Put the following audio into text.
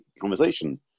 conversation